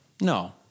No